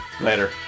later